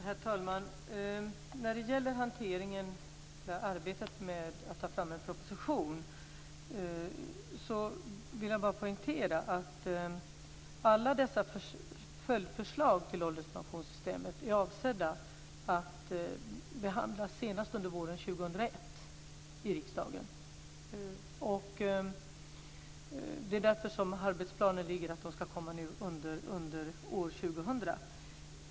Herr talman! När det gäller arbetet med att ta fram en proposition vill jag bara poängtera att alla dessa följdförslag till ålderspensionssystemet är avsedda att behandlas senast under våren 2001 i riksdagen. Det är därför som förslagen enligt arbetsplanen ska läggas fram år 2000.